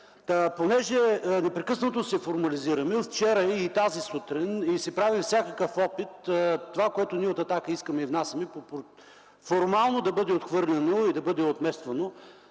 Понеже непрекъснато се формализираме, вчера и тази сутрин се прави всякакъв опит това, което ние от „Атака” искаме и внасяме, формално да бъде отхвърлено и да бъде отмествано.